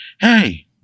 Hey